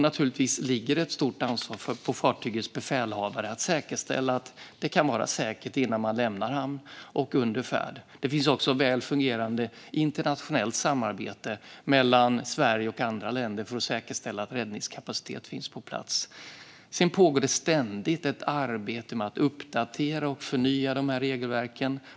Naturligtvis ligger ett stort ansvar på fartygets befälhavare för att säkerställa att det är säkert innan fartyget lämnar hamn och under färd. Det finns också ett väl fungerande internationellt samarbete mellan Sverige och andra länder för att säkerställa att räddningskapacitet finns på plats. Det pågår ständigt ett arbete med att uppdatera och förnya dessa regelverk.